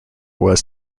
was